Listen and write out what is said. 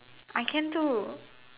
I can too